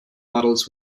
models